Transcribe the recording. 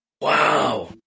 Wow